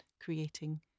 creating